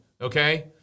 Okay